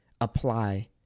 apply